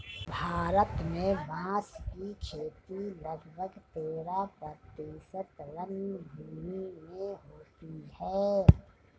भारत में बाँस की खेती लगभग तेरह प्रतिशत वनभूमि में होती है